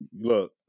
look